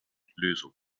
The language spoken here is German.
lösung